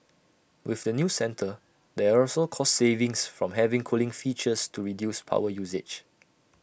with the new centre there are also cost savings from having cooling features to reduce power usage